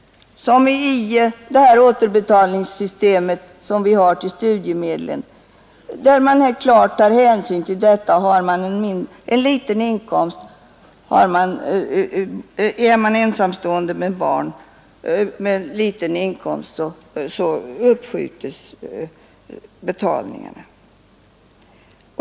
I det återbetalningssystem som vi har beträffande studiemedlen tas hänsyn till detta.